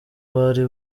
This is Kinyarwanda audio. bari